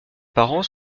parents